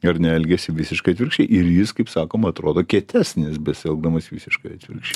ar ne elgiasi visiškai atvirkščiai ir jis kaip sakoma atrodo kietesnis besielgdamas visiškai atvirkščiai